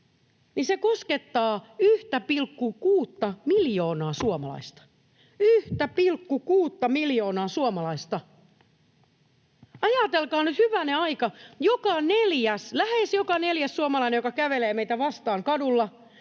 koskettaa 1,6:ta miljoonaa suomalaista — 1,6:ta miljoonaa suomalaista. Ajatelkaa nyt, hyvänen aika, lähes joka neljäs suomalainen, joka kävelee meitä vastaan kadulla,